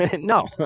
No